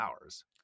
hours